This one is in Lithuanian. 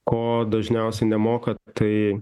ko dažniausiai nemoka tai